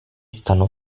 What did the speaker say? stanno